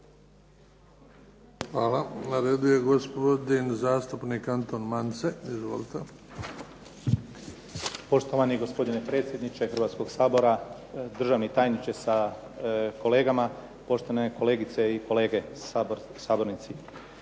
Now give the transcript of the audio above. Hvala. Na redu je gospodin zastupnik Anton Mance. Izvolite. **Mance, Anton (HDZ)** Poštovani gospodine predsjedniče Hrvatskog sabora, državni tajniče sa kolegama, poštovane kolegice i kolege sabornici.